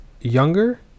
younger